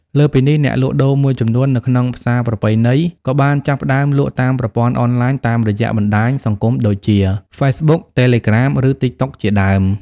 លើសពីនេះ អ្នកលក់ដូរមួយចំនួននៅក្នុងផ្សារប្រពៃណីក៏បានចាប់ផ្តើមលក់តាមប្រព័ន្ធអនឡាញ តាមរយៈបណ្តាញសង្គមដូចជា Facebook, Telegram ឬ TikTok ជាដើម។